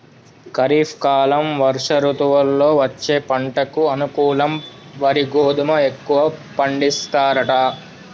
ఖరీఫ్ కాలం వర్ష ఋతువుల్లో వచ్చే పంటకు అనుకూలం వరి గోధుమ ఎక్కువ పండిస్తారట